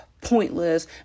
pointless